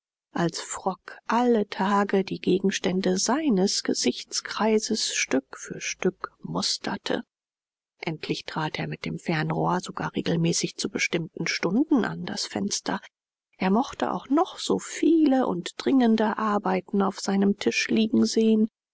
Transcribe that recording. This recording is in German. als frock alle tage die gegenstände seines gesichtskreises stück für stück musterte endlich trat er mit dem fernrohr sogar regelmäßig zu bestimmten stunden an das fenster er mochte auch noch so viele und dringende arbeiten auf seinem tisch liegen sehen